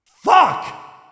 FUCK